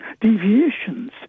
deviations